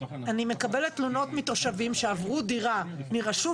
אני מקבלת תלונות תושבים שעברו דירה מרשות